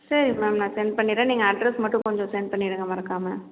சரி மேம் நான் சென்ட் பண்ணிவிடுறேன் நீங்கள் அட்ரஸ் மட்டும் கொஞ்சம் சென்ட் பண்ணிவிடுங்க மறக்காமல்